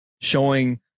showing